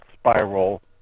spiral